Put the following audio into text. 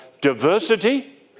diversity